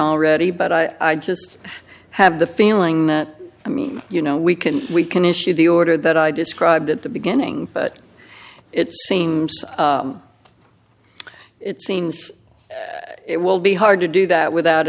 already but i just have the feeling that i mean you know we can we can issue the order that i described at the beginning but it seems it seems it will be hard to do that without